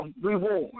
reward